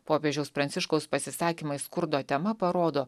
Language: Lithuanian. popiežiaus pranciškaus pasisakymai skurdo tema parodo